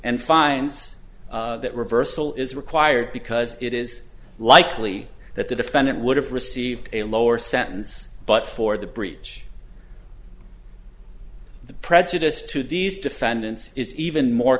and finds that reversal is required because it is likely that the defendant would have received a lower sentence but for the breach the prejudice to these defendants is even more